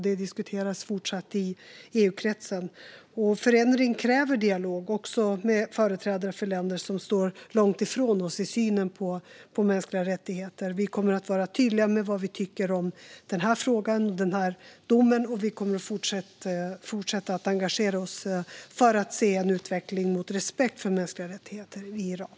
Det diskuteras fortsatt i EU-kretsen. Förändring kräver dialog, också med företrädare för länder som står långt ifrån oss i synen på mänskliga rättigheter. Vi kommer att vara tydliga med vad vi tycker om den här frågan och den här domen. Vi kommer att fortsätta att engagera oss för en utveckling mot respekt för mänskliga rättigheter i Iran.